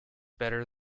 better